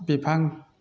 बिफां